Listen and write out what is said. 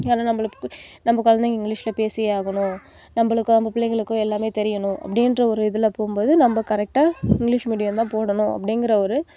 ஏன்னா நம்பளுக்கு நம்ப குழந்தைங்க இங்கிலிஸில் பேசியே ஆகணும் நம்பளுக்கும் அந்த புள்ளைங்களுக்கும் எல்லாமே தெரியணும் அப்படின்ற ஒரு இதில் போகும்போது நம்ம கரெக்டாக இங்கிலிஷ் மீடியந்தான் போடணும் அப்படிங்குற ஒரு